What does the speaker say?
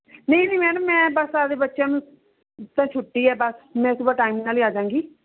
ਨਹੀਂ ਨਹੀਂ ਮੈਡਮ ਮੈਂ ਬਸ ਆਪਦੇ ਬੱਚਿਆਂ ਨੂੰ ਤਾਂ ਛੁੱਟੀ ਹੈ ਬਸ ਮੈਂ ਸੁਭਾ ਟਾਈਮ ਨਾਲ ਹੀ ਆ ਜਾਂਗੀ